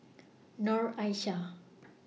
Noor Aishah